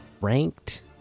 ranked